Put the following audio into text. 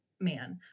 man